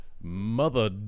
Mother